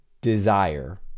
desire